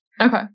Okay